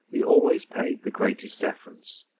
we always paid the greatest deference.